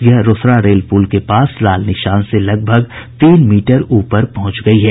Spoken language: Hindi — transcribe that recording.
यह रोसड़ा रेल प्रल के पास लाल निशान के करीब तीन मीटर ऊपर पहुंच गयी है